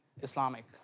Islamic